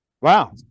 Wow